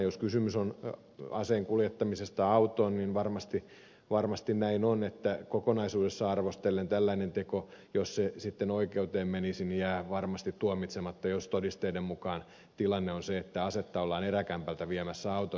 jos kysymys on aseen kuljettamisesta autoon niin varmasti näin on että kokonaisuudessaan arvostellen tällainen teko jos se sitten oikeuteen menisi jää varmasti tuomitsematta jos todisteiden mukaan tilanne on se että asetta ollaan eräkämpältä viemässä autoon